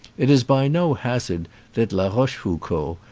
it is by no hazard that la rochefoucauld,